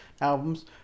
albums